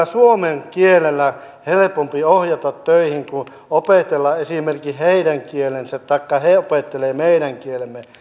suomen kielellä paljon helpompi ohjata töihin kuin opetella esimerkiksi heidän kielensä taikka heidän opetella meidän kielemme